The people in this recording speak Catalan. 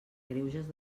greuges